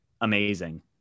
amazing